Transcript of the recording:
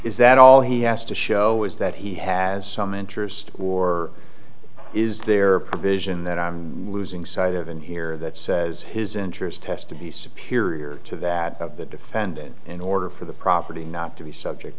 is that all he has to show is that he has some interest or is there a provision that i'm losing sight of in here that says his interest test to be superior to that of the defendant in order for the property not to be subject